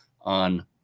on